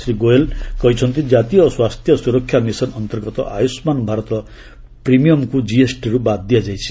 ଶ୍ରୀ ଗୋଏଲ କହିଛନ୍ତି କାତୀୟ ସ୍ୱାସ୍ଥ୍ୟ ସୁରକ୍ଷା ମିଶନ ଅନ୍ତର୍ଗତ ଆୟୁଷ୍ମାନ ଭାରତ ପ୍ରିମିୟମକୁ ଜିଏସଟିରୁ ବାଦ୍ ଦିଆଯାଇଛି